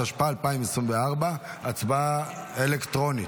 התשפ"ה 2024. הצבעה אלקטרונית.